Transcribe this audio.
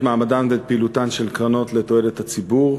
מעמדן ואת פעילותן של קרנות לתועלת הציבור.